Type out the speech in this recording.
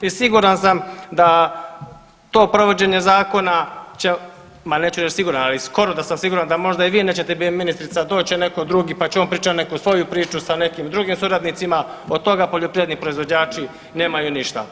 I siguran sam da to provođenje zakona ma neću reći siguran, ali skoro da sam siguran da možda i vi nećete bit ministrica, doće neko drugi pa će on pričati neku svoju priču sa nekim drugim suradnicima, od toga poljoprivredni proizvođači nemaju ništa.